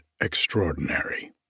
extraordinary